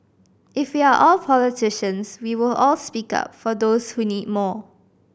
if we are all politicians we will all speak up for those who need more